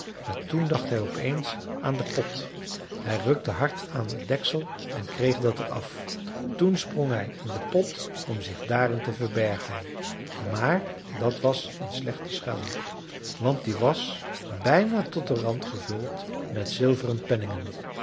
maar toen dacht hij op eens aan den pot hij rukte hard aan het deksel en kreeg dat er af toen sprong bij in den pot om zich daarin te verbergen maar dat was een slechte schuilhoek want die was bijna tot den rand gevuld met zilveren penningen